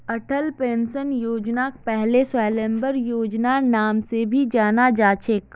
Atal pension योजनाक पहले स्वाबलंबन योजनार नाम से भी जाना जा छे